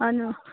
ꯑꯗꯨ